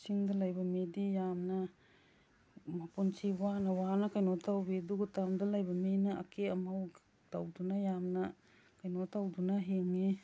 ꯆꯤꯡꯗ ꯂꯩꯕ ꯃꯤꯗꯤ ꯌꯥꯝꯅ ꯃꯄꯨꯟꯁꯤ ꯋꯥꯅ ꯋꯥꯅ ꯀꯩꯅꯣ ꯇꯧꯏ ꯑꯗꯨꯕꯨ ꯇꯝꯗ ꯂꯩꯕ ꯃꯤꯅ ꯑꯀꯦ ꯑꯃꯧ ꯇꯧꯗꯨꯅ ꯌꯥꯝꯅ ꯀꯩꯅꯣ ꯇꯧꯗꯨꯅ ꯍꯤꯡꯏ